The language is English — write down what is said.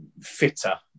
fitter